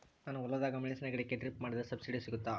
ನಾನು ಹೊಲದಾಗ ಮೆಣಸಿನ ಗಿಡಕ್ಕೆ ಡ್ರಿಪ್ ಮಾಡಿದ್ರೆ ಸಬ್ಸಿಡಿ ಸಿಗುತ್ತಾ?